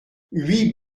huit